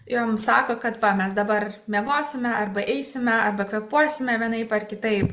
jom sako kad va mes dabar miegosime arba eisime arba kvėpuosime vienaip ar kitaip